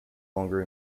longer